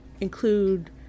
include